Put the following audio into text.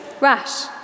rash